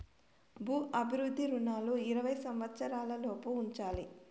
భూ అభివృద్ధి రుణాలు ఇరవై సంవచ్చరాల లోపు చెల్లించాలి